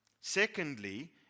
Secondly